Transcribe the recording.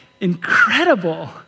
incredible